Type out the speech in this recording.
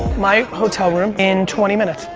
my hotel room in twenty minutes.